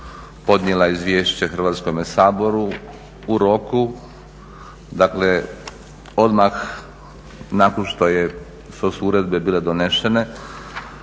Hrvatskom saboru u roku, dakle odmah nakon što su uredbe bile donesene,